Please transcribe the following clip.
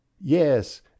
YES